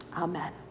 Amen